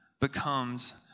becomes